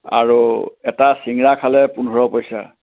আৰু এটা চিংৰা খালে পোন্ধৰ পইচা